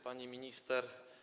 Pani Minister!